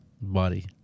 body